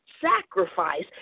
sacrifice